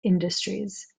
industries